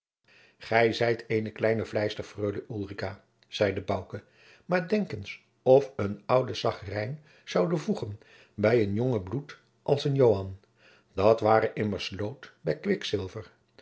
gij zijt eene kleine vleister freule ulrica zeide bouke maar denk eens of een oude sagrijn zoude voegen bij een jongen bloed als joan dat ware immers lood bij kwikzilver